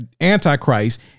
Antichrist